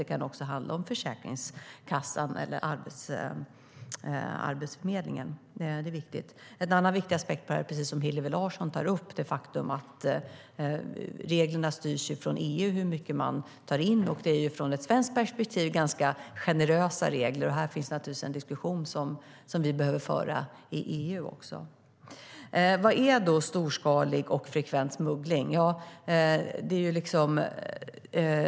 Det kan också handla om Försäkringskassan och Arbetsförmedlingen. En annan viktig aspekt som Hillevi Larsson tar upp är att EU:s regler styr hur mycket man får ta in. Från svenskt perspektiv är det ganska generösa regler. Här behöver vi föra en diskussion i EU. Vad är storskalig och frekvent smuggling?